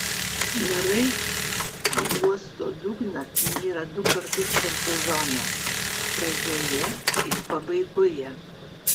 narai į uosto dugną nyra du kartus per sezoną pradžioje ir pabaigoje